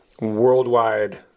worldwide